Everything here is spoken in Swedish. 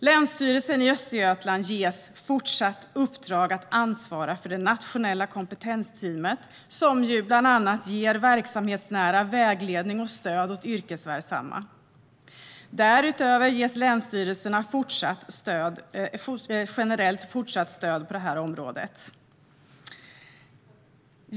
Länsstyrelsen i Östergötland ges fortsatt uppdrag att ansvara för det nationella kompetensteamet, som bland annat ger verksamhetsnära vägledning och stöd åt yrkesverksamma. Därutöver ges länsstyrelserna generellt fortsatt stöd på det här området.